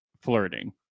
flirting